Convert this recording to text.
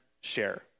share